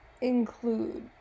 include